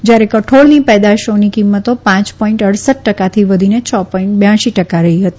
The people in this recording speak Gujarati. જયારે કઠોળની પેદાશોની કિંમતો પાંચ પોઈન્ટ અડસઠ ટકાથી વધીને છ પોઈન્ટ બ્યાસી ટકા રહી હતી